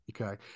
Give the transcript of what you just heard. okay